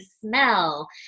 smell